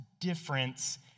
difference